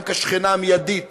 גם כשכנה המיידית